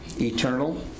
Eternal